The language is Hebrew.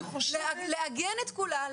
לעגן את כולה,